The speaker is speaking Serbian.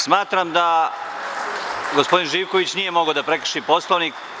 Smatram da gospodin Živković nije mogao da prekrši Poslovnik.